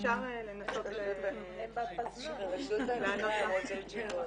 אפשר לנסות לענות לך.